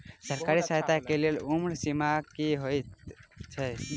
सरकारी सहायता केँ लेल उम्र सीमा की हएत छई?